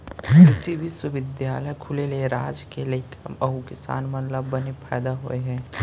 कृसि बिस्वबिद्यालय खुले ले राज के लइका अउ किसान मन ल बने फायदा होय हे